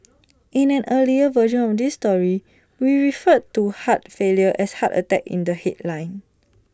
in an earlier version of this story we referred to heart failure as heart attack in the headline